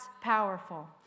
powerful